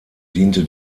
diente